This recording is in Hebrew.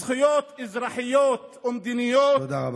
זכויות אזרחיות ומדיניות, " תודה רבה.